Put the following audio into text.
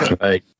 Right